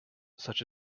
such